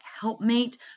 helpmate